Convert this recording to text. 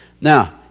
Now